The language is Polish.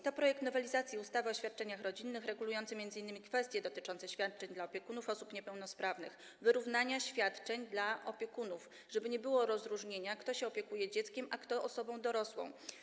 To projekt nowelizacji ustawy o świadczeniach rodzinnych regulujący m.in. kwestie świadczeń dla opiekunów osób niepełnosprawnych, wyrównania świadczeń dla opiekunów, żeby nie było rozróżnienia, czy ktoś się opiekuje dzieckiem, czy osobą dorosłą.